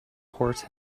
horse